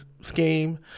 scheme